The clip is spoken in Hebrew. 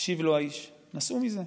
השיב לו האיש, נסעו מזה.